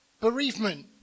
bereavement